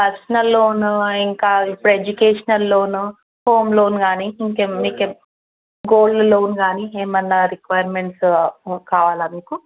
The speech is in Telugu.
పర్సనల్ లోను ఇంకా ఇప్పుడు ఎడ్యుకేషనల్ లోను హోమ్ లోన్ కానీ ఇంకేం గోల్డ్ లోన్ కానీ ఏమన్న రిక్వైర్మెంట్స్ కావాలా మీకు